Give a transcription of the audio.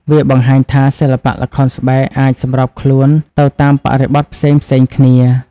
វាបង្ហាញថា សិល្បៈល្ខោនស្បែកអាចសម្របខ្លួនទៅតាមបរិបទផ្សេងៗគ្នា។